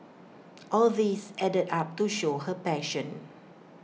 all these added up to show her passion